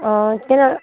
অঁ কেনে